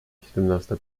siedemnasta